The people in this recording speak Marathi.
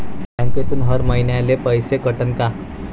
बँकेतून हर महिन्याले पैसा कटन का?